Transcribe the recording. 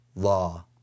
Law